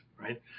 right